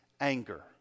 anger